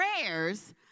prayers